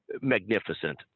Magnificent